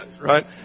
right